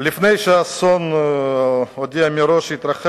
לפני שאסון יתרחש,